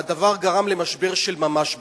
והדבר גרם למשבר של ממש ביחסים.